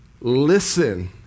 listen